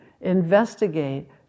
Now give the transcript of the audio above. investigate